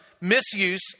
misuse